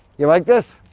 you like this?